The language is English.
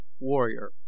warrior